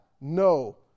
no